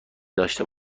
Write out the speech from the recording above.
داشته